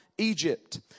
Egypt